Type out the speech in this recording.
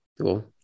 cool